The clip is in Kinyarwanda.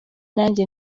nanjye